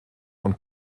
und